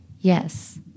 yes